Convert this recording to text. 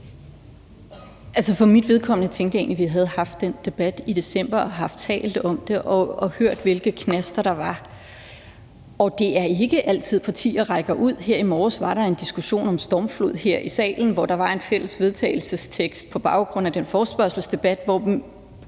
for mit vedkommende tænkte jeg egentlig, at vi havde haft den debat i december og havde talt om det og hørt, hvilke knaster der var. Det er ikke altid, at partier rækker ud. Her i morges var der en diskussion om stormflod her i salen, hvor der var et fælles forslag til vedtagelse på baggrund af den forespørgselsdebat, hvor